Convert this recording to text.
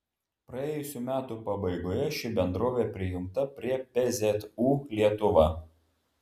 praėjusių metų pabaigoje ši bendrovė prijungta prie pzu lietuva